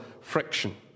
friction